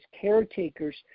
caretakers